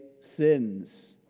sins